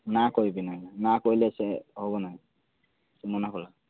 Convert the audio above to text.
ନାଁ କହିବି ନାହିଁ ନାଁ କହିଲେ ସେ ହେବ ନାଇଁ ସେ ମନାକଲା